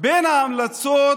בין ההמלצות